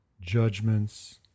judgments